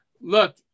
look